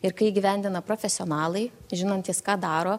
ir kai įgyvendina profesionalai žinantys ką daro